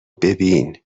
ببین